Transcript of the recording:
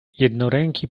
jednoręki